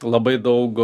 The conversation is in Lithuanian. labai daug